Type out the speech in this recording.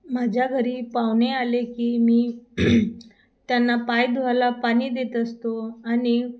माझ्या घरी पाहुणे आले की मी त्यांना पाय धुवायला पाणी देत असतो आणि